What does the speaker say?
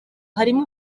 harimo